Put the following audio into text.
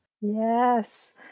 Yes